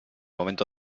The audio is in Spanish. momento